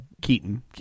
Keaton